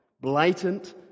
blatant